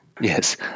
yes